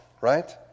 right